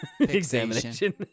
examination